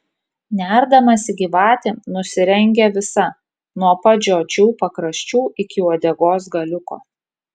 nerdamasi gyvatė nusirengia visa nuo pat žiočių pakraščių iki uodegos galiuko